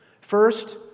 First